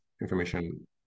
information